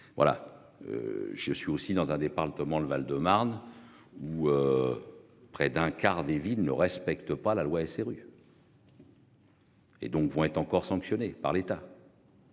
Voilà. Je suis aussi dans un département, le Val-de-Marne. Où. Près d'un quart des villes ne respectent pas la loi SRU. Et donc vont être encore sanctionné par l'État.